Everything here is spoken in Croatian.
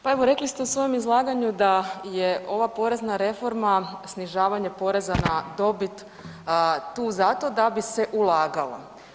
Pa evo rekli ste u svom izlaganju da je ova porezna reforma snižavanje poreza na dobit tu zato da bi se ulagalo.